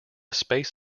space